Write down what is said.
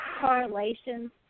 correlations